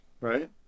Right